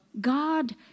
God